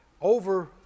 over